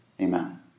Amen